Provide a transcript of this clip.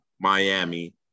Miami